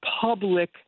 public